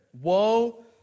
Woe